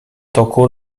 toku